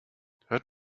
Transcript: hört